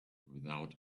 without